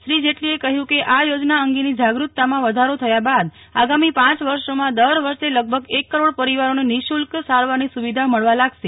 શ્રી જેટલીએ કહ્યું કે આ યોજના અંગેની જાગૃતતામાં વધારો થયા બાદ આગામી પાંચ વર્ષોમાં દર વર્ષે લગભગ એક કરોડ પરિવારોને નિઃશુલ્ક સારવારની સુવિધા મળવા લાગશે